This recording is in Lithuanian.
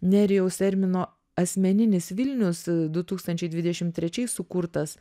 nerijaus ermino asmeninis vilnius du tūkstančiai dvidešimt trečiais sukurtas